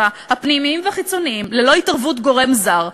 הפנימיים והחיצוניים ללא התערבות גורם זר,